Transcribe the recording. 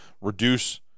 reduce